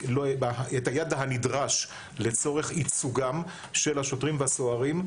את הידע הנדרש לצורך ייצוגם של השוטרים והסוהרים,